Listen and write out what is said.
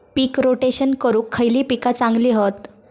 पीक rotation करूक खयली पीका चांगली हत?